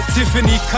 Tiffany